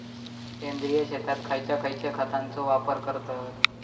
सेंद्रिय शेतात खयच्या खयच्या खतांचो वापर करतत?